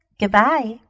goodbye